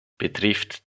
betrifft